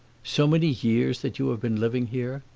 so many years that you have been living here?